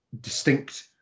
distinct